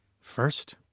First